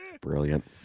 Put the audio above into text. Brilliant